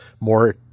more –